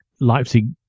Leipzig